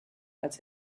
als